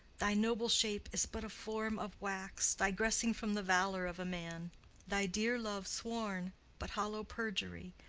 thy noble shape is but a form of wax digressing from the valour of a man thy dear love sworn but hollow perjury,